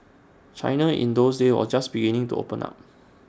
China in those days or just beginning to open up